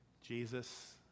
Jesus